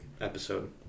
episode